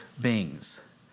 beings